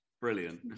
Brilliant